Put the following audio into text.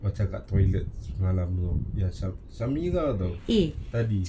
macam kat toilet semalam tu ya samri ke atau tadi